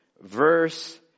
verse